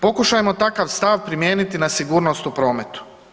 Pokušajmo takav stav primijeniti na sigurnost u prometu.